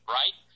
right